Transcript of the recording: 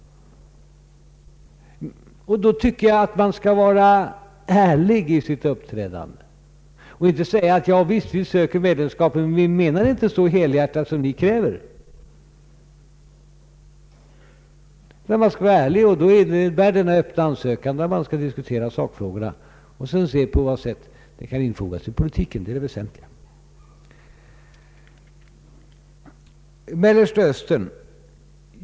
Då tycker jag att man skall vara ärlig i sitt uppträdande och inte säga att vi söker medlemskap men inte menar det så helhjärtat som ni kräver. Vi skall vara ärliga, och det innebär en öppen ansökan. När vi diskuterat sakfrågorna kan vi se på vad sätt en anslutning kan förenas med vår neutralitetspolitik. Det är det väsentliga.